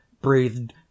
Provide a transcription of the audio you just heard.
breathed